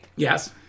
Yes